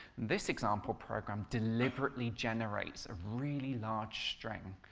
this example programme deliberately generates a really large string